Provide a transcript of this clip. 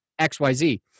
XYZ